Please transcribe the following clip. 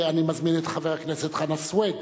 אני מזמין את חבר הכנסת חנא סוייד